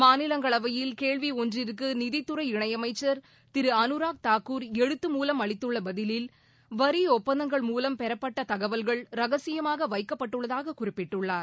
மாநிலங்களவையில் கேள்வி ஒன்றிற்கு நிதித்துறை இணயமைச்சர் திரு அனுராக் தாக்கர் எழுத்து மூலம் அளித்துள்ள பதிலில் வரி ஒப்பந்தங்கள் மூலம் பெறப்பட்ட தகவல்கள் ரகசியமாக வைக்கப்பட்டுள்ளதாக குறிப்பிட்டுள்ளார்